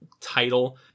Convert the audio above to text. title